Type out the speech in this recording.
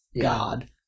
God